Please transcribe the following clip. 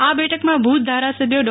આ બેઠકમાં ભુજ ધારાસભ્ય ડો